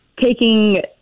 taking